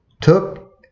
took